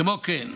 כמו כן,